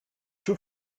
two